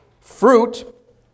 Fruit